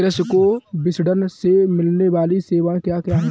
कृषि को विपणन से मिलने वाली सेवाएँ क्या क्या है